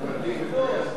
התש"ע 2010,